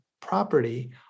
property